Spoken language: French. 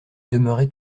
demeurait